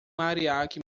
mariachi